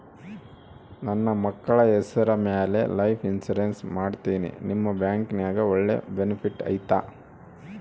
ನನ್ನ ಮಕ್ಕಳ ಹೆಸರ ಮ್ಯಾಲೆ ಲೈಫ್ ಇನ್ಸೂರೆನ್ಸ್ ಮಾಡತೇನಿ ನಿಮ್ಮ ಬ್ಯಾಂಕಿನ್ಯಾಗ ಒಳ್ಳೆ ಬೆನಿಫಿಟ್ ಐತಾ?